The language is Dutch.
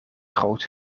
groot